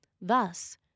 Thus